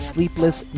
Sleepless